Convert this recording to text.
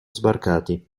sbarcati